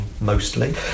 mostly